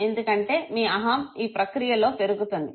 ఎందుకంటే మీ అహం ఈ ప్రక్రియలో పెరుగుతుంది